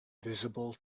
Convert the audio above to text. visible